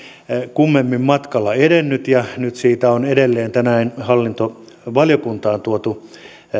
kummemmin matkalla edennyt ja nyt siitä on edelleen tänään hallintovaliokuntaan tuotu